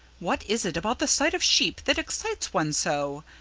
what is it about the sight of sheep that excites one so?